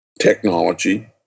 technology